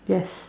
yes